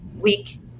week